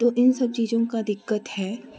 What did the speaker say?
तो इन सब चीज़ों का दिक्कत है